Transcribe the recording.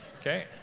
okay